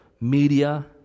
media